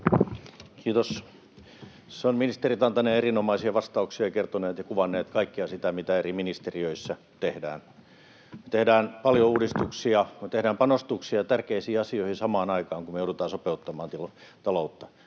Kiitos! Tässä ovat ministerit antaneet erinomaisia vastauksia ja kertoneet ja kuvanneet kaikkea sitä, mitä eri ministeriöissä tehdään. Tehdään paljon uudistuksia, tehdään panostuksia tärkeisiin asioihin samaan aikaan, kun me joudutaan sopeuttamaan taloutta.